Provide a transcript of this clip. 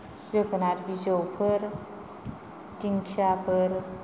जोगोनार बिजौफोर दिंखियाफोर